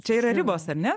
čia yra ribos ar ne